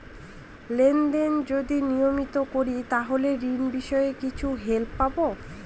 Lane দেন যদি নিয়মিত করি তাহলে ঋণ বিষয়ে কিছু হেল্প পাবো?